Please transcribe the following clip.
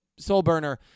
Soulburner